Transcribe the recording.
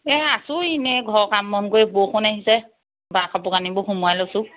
এই আছোঁ এনেই ঘৰৰ কাম বন কৰি বৰষুণ আহিছে বাহিৰৰ কাপোৰ কানিবোৰ সোমোৱাই লৈছোঁ